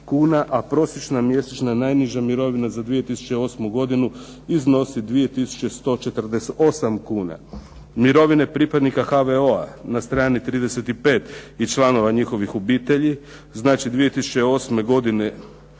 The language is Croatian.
a prosječna mjesečna najniža mirovina za 2008. godinu iznosi 2148 kuna. Mirovine pripadnika HVO-a na strani 35 i članova njihovih obitelji, znači 2008. godine